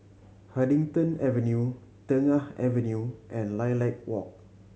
Huddington Avenue Tengah Avenue and Lilac Walk